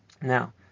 now